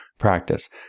practice